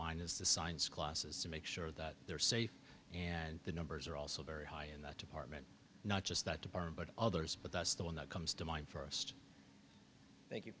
mind is the science classes to make sure that they're safe and the numbers are also very high in that department not just that department but others but that's the one that comes to mind first th